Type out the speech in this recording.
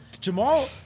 Jamal